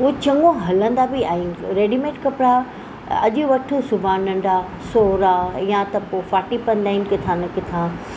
उहो चङो हलंदा बि आहिनि रेडीमेड कपिड़ा अॼु वठि सुभाणे नंढा सोहरा या त पोइ फ़ाटी पवंदा आहिनि किथां न किथां